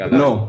no